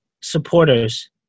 supporters